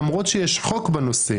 למרות שיש חוק בנושא,